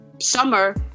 summer